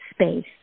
space